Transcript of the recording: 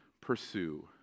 pursue